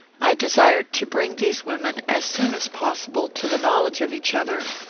i desired to bring these women, as soon as possible, to the knowledge of each other,